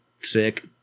sick